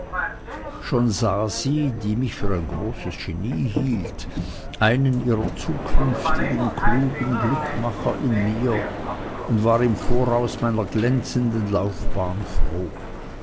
schon sah sie die mich für ein großes genie hielt einen ihrer zukünftigen klugen glückmacher in mir und war im voraus meiner glänzenden laufbahn froh